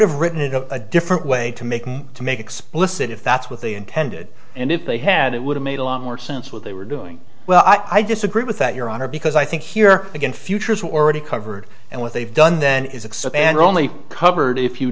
have written it a different way to make to make explicit if that's what they intended and if they had it would have made a lot more sense what they were doing well i disagree with that your honor because i think here again futures are already covered and what they've done then is and are only covered if you